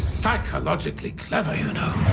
psychologically clever, you know